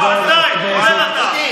כולל אתה.